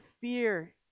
fear